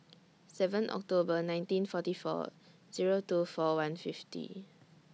seven October nineteen forty four Zero two forty one fifty